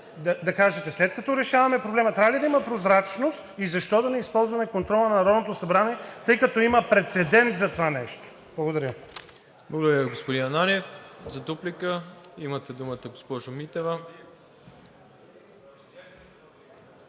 да кажете, след като решаваме проблема, трябва ли да има прозрачност и защо да не използваме контрола на Народното събрание, тъй като има прецедент за това нещо. Благодаря. ПРЕДСЕДАТЕЛ МИРОСЛАВ ИВАНОВ: Благодаря, господин Ананиев. За дуплика – имате думата, госпожо Митева.